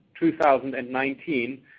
2019